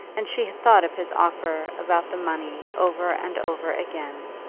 and she had thought of his offer about the money over and over again.